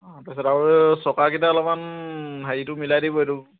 অঁ তাৰপিছত আৰু চকাকেইটা অলপমান হেৰিটো মিলাই দিব এইটো